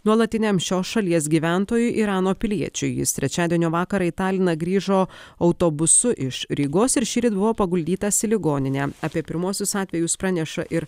nuolatiniam šios šalies gyventojui irano piliečiui jis trečiadienio vakarą į taliną grįžo autobusu iš rygos ir šįryt buvo paguldytas į ligoninę apie pirmuosius atvejus praneša ir